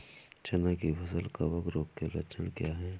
चना की फसल कवक रोग के लक्षण क्या है?